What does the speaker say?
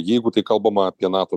jeigu tai kalbama apie nato